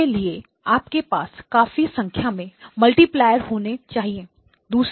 इसके लिए आपके पास काफी संख्या में मल्टीप्लेयर होने चाहिए